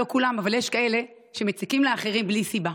לא כולם, אבל יש כאלה שמציקים לאחרים בלי סיבה.